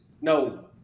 No